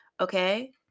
okay